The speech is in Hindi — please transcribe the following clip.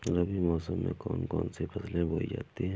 रबी मौसम में कौन कौन सी फसलें बोई जाती हैं?